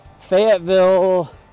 Fayetteville